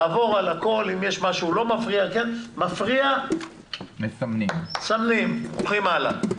נעבור על הכול ואם יש משהו שמפריע נסמן אותו ונלך הלאה.